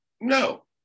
No